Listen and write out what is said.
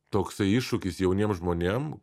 toksai iššūkis jauniem žmonėm